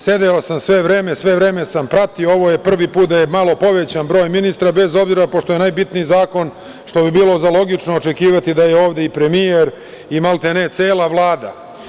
Sedeo sam sve vreme, sve vreme sam pratio, ovo je prvi put da je malo povećan broj ministara, bez obzira, pošto je najbitniji zakon, što bi bilo za logično očekivati da je ovde i premijer i maltene cela Vlada.